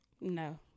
No